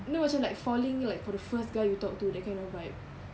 no macam like falling like for the first guy you talked to that kind of vibe